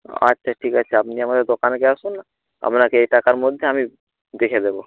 আচ্ছা ঠিক আছে আপনি আমাদের দোকানকে আসুন আপনাকে এই টাকার মধ্যে আমি দেখে দেবো